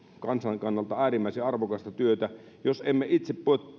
kansan kannalta äärimmäisen arvokasta työtä jos emme itse